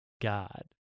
God